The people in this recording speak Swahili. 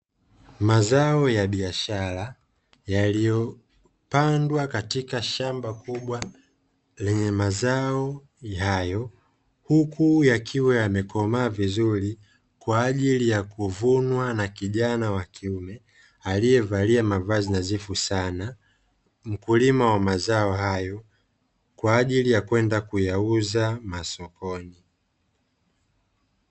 Mazao ya biashara yaliyopandwa katika shamba kubwa lenye mazao hayo, huku yakiwa yamekomaa vizuri tayari kwa ajili ya kuvunwa na kijana wa kiume aliyevalia mavazi nadhifu sana, mkulima wa mazao hayo kwa ajili ya kwenda kuyauza masokoni.